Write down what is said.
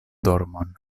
dormon